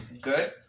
Good